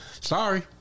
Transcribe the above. sorry